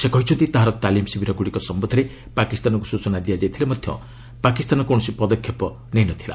ସେ କହିଛନ୍ତି ତାହାର ତାଲିମ୍ ଶିବିରଗୁଡ଼ିକ ସମ୍ଭନ୍ଧରେ ପାକିସ୍ତାନକୁ ସ୍ୱଚନା ଦିଆଯାଇଥିଲେ ମଧ୍ୟ ପାକିସ୍ତାନ କୌଣସି ପଦକ୍ଷେପ ନେଇନଥିଲା